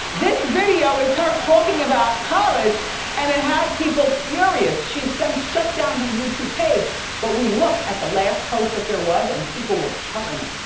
this video is her talking about college and it had people furious. she's since then shut down her youtube page but we looked at the last post that there was and people were killing her.